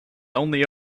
only